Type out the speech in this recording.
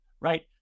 right